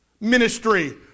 ministry